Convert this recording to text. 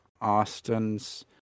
Austin's